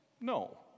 No